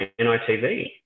NITV